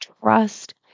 trust